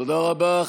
תודה רבה.